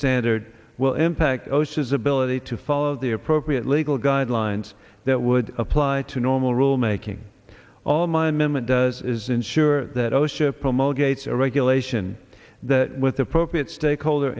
standard will impact ocean's ability to follow the appropriate legal guidelines that would apply to normal rulemaking all my amendment does is ensure that osha promulgates a regulation that with appropriate stakeholder